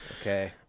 okay